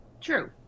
True